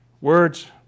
words